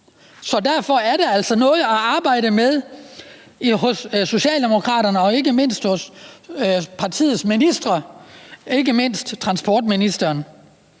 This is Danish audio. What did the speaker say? Derfor er der altså noget at arbejde med i Socialdemokratiet og ikke mindst for partiets ministre og ikke mindst for transportministeren.